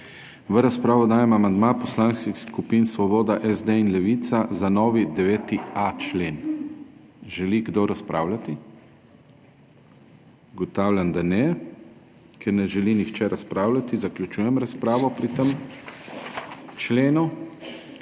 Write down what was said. V razpravo dajem amandma poslanskih skupin Svoboda, SD in Levica za novi 9.a člen. Želi kdo razpravljati? Ugotavljam, da ne. Ker ne želi nihče razpravljati, zaključujem razpravo o tem členu.